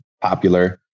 popular